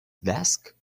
desk